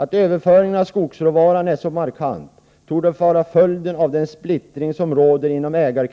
Att överföringen av skogsråvaran är så markant torde vara följden av den splittring som råder bland ägarna